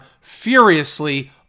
furiously